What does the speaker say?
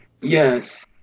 Yes